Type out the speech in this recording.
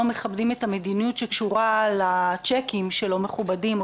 מכבדים את המדיניות שקשורה לצ'קים שלא מכובדים,